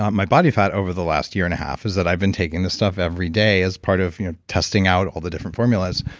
my body fat over the last year and a half is that i've been taking this stuff every day as part of you know testing out all the different formulas.